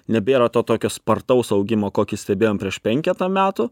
nebėra to tokio spartaus augimo kokį stebėjom prieš penketą metų